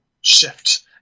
shift